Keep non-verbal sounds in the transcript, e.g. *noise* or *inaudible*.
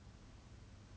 hungily *laughs*